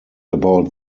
about